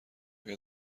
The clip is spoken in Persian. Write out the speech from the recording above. آیا